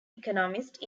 economist